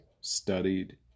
studied